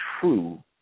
true